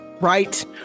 right